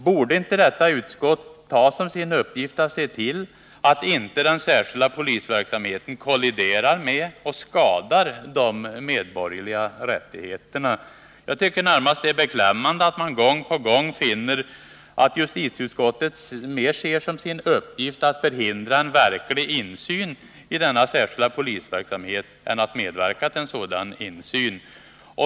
Borde inte detta utskott ta som sin uppgift att se till att inte den särskilda polisverksamheten kolliderar med och skadar de medborgerliga rättigheterna? Jag tycker närmast att det är beklämmande att man gång på gång finner att justitieutskottet mer ser som sin uppgift att förhindra en verklig insyn i denna särskilda polisverksamhet än att medverka till en sådan insyn.